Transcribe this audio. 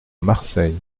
marseille